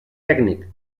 tècnic